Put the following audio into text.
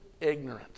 ignorant